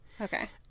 Okay